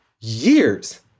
years